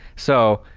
so,